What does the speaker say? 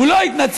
הוא לא התנצל,